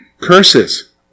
Curses